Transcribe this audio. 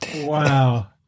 Wow